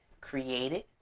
created